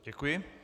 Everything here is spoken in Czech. Děkuji.